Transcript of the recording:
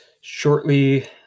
shortly